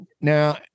Now